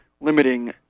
limiting